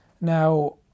Now